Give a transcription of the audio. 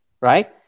Right